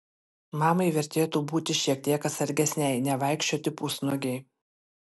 mamai vertėtų būti šiek tiek atsargesnei nevaikščioti pusnuogei